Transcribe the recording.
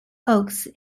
oaks